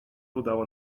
udało